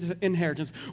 inheritance